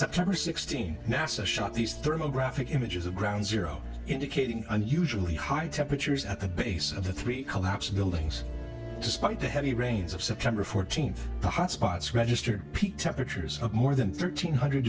september sixteenth nasa shot these thermal graphic images of ground zero indicating unusually high temperatures at the base of the three collapsed buildings despite the heavy rains of september fourteenth the hot spots registered peak temperatures of more than thirteen hundred